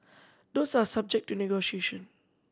those are subject to negotiation